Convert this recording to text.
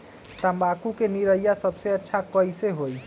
तम्बाकू के निरैया सबसे अच्छा कई से होई?